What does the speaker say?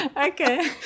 okay